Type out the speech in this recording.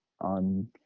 on